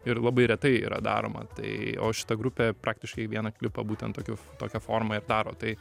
ir labai retai yra daroma tai o šita grupė praktiškai kiekvieną klipą būtent tokiu tokia forma ir daro tai